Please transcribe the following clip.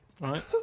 Right